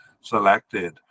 selected